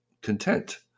content